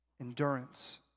Endurance